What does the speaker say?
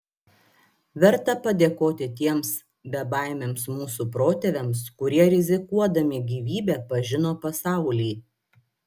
verta padėkoti tiems bebaimiams mūsų protėviams kurie rizikuodami gyvybe pažino pasaulį